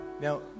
Now